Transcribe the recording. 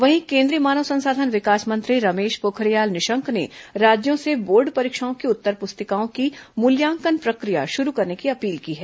वहीं केंद्रीय मानव संसाधन विकास मंत्री रमेश पोखरियाल निशंक ने राज्यों से बोर्ड परीक्षाओं की उत्तर पुस्तिकाओं की मूल्यांकन प्रक्रिया शुरू करने की अपील की है